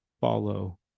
follow